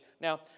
Now